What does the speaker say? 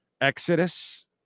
Exodus